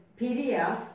PDF